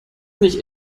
nicht